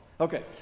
Okay